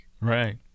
Right